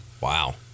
Wow